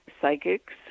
psychics